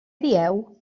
dieu